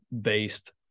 based